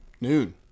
Noon